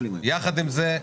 יחד עם זה,